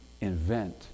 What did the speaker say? invent